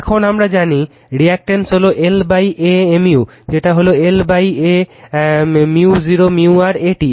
এখন আমরা জানি রিঅ্যাকটেন্স হলো L A mu যেটা হলো L A µ0 µr AT